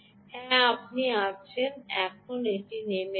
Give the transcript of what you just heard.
হ্যাঁ আপনি আছেন এখন এটি নেমে আসছে